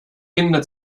kinder